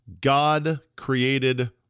God-created